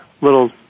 little